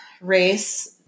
race-